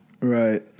Right